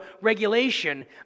regulation